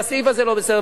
והסעיף הזה לא בסדר.